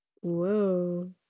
Whoa